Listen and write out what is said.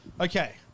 Okay